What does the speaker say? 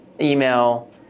email